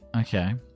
Okay